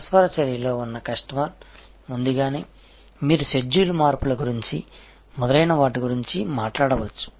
పరస్పర చర్యలో ఉన్న కస్టమర్ ముందుగానే మీరు షెడ్యూల్ మార్పుల గురించి మొదలైన వాటి గురించి మాట్లాడవచ్చు